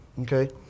Okay